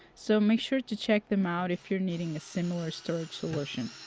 so make sure to check them out if you are needing a similar storage solution.